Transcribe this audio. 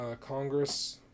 congress